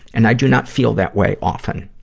and i do not feel that way often.